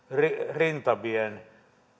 rintamien